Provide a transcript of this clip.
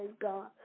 God